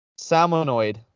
salmonoid